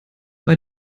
bei